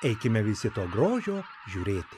eikime visi to grožio žiūrėti